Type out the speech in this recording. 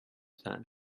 that